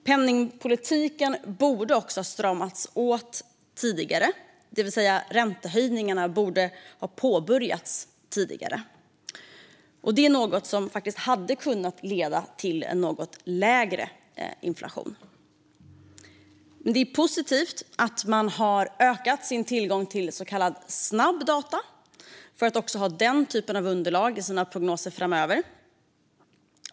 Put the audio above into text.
Penningpolitiken borde också ha stramats åt tidigare, det vill säga att räntehöjningarna borde ha påbörjats tidigare. Det hade faktiskt kunnat leda till en något lägre inflation. Det är positivt att man har ökat sin tillgång till så kallad snabb data, för att ha också den typen av underlag till sina prognoser framöver.